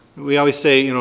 we always say, you know,